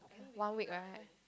one week right